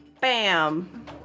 bam